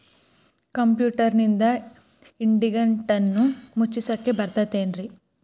ಕಂಪ್ಯೂಟರ್ನಿಂದ್ ಇಡಿಗಂಟನ್ನ ಮುಚ್ಚಸ್ಲಿಕ್ಕೆ ಬರತೈತೇನ್ರೇ?